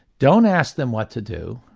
don't ask them what to do,